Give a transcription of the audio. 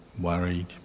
worried